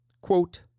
Quote